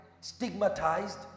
stigmatized